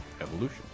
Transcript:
evolution